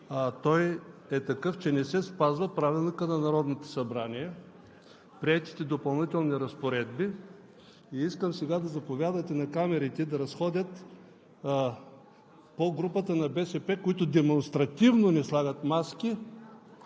той е такъв, че не се спазва Правилникът на Народното събрание, приетите Допълнителни разпоредби. Искам сега да заповядате на камерите да се разходят по групата на БСП, които демонстративно не слагат маски,